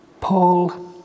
Paul